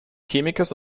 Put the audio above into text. chemikers